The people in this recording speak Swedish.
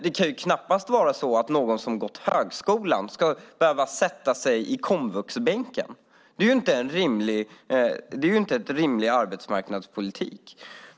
Det kan dock knappast vara så att någon som gått högskola ska behöva sätta sig i komvuxbänken; det är inte rimlig arbetsmarknadspolitik.